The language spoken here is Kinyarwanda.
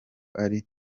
ari